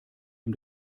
ihm